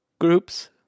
groups